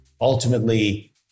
ultimately